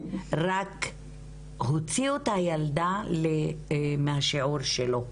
רק הוציאו את הילדה מהשיעור שלו.